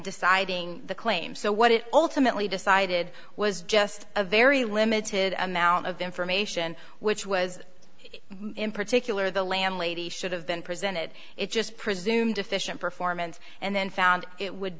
deciding the claim so what it ultimately decided was just a very limited amount of information which was in particular the landlady should have been presented it just presumed deficient performance and then found it would